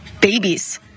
Babies